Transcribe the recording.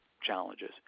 challenges